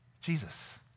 Jesus